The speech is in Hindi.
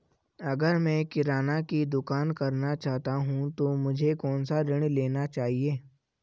अगर मैं किराना की दुकान करना चाहता हूं तो मुझे कौनसा ऋण लेना चाहिए?